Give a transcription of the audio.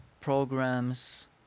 programs